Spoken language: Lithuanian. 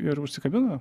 ir užsikabino